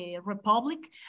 Republic